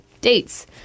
Dates